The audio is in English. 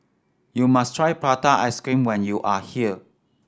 you must try prata ice cream when you are here